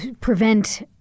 prevent